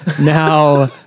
Now